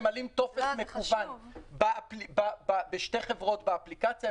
ממלאים טופס מקוון בשתי חברות באפליקציה,